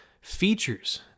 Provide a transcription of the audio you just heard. features